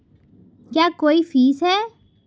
क्या कोई फीस है?